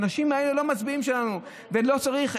האנשים האלה לא מצביעים שלנו ולא צריך,